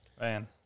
Man